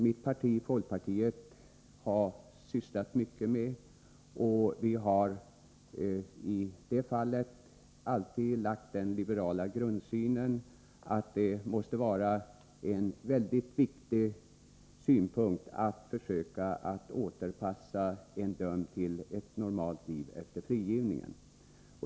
Mitt parti, folkpartiet, har sysslat mycket med dessa frågor, och vi har då alltid haft den liberala grundsynen att en väldigt viktig synpunkt måste vara att försöka återanpassa en dömd till ett normalt liv efter frigivningen.